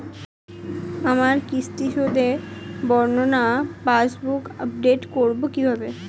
আমার কিস্তি শোধে বর্ণনা পাসবুক আপডেট করব কিভাবে?